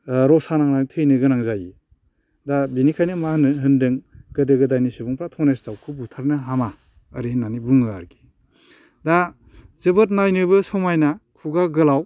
ओ रसा नांनानै थैनो गोनां जायो दा बिनिखायनो मा होननो होनदों गोदो गोदायनि सुबुंफ्राय धनेस दाउखौ बुथारनो हामा ओरै होननानै बुङो आरोखि दा जोबोद नायनोबो समायना खुगा गोलाव